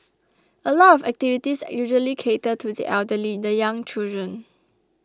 a lot of activities usually cater to the elderly the young children